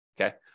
Okay